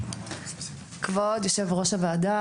כבוד יושב-ראש הוועדה,